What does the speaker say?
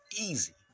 Easy